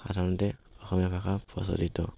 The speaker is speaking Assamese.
সাধাৰণতে অসমীয়া ভাষা প্ৰচলিত